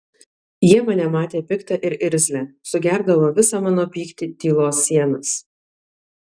jie mane matė piktą ir irzlią sugerdavo visą mano pyktį tylos sienas